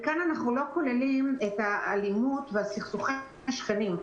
כאן אנחנו לא כוללים את האלימות ואת סכסוכי השכנים,